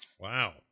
Wow